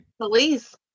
Police